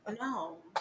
No